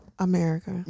America